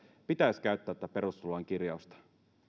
pitäisi käyttää tätä perustuslain kirjausta